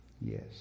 yes